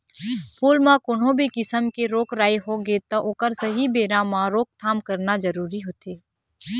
फूल म कोनो भी किसम के रोग राई होगे त ओखर सहीं बेरा म रोकथाम करना जरूरी होथे